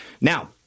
now